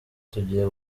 tugiye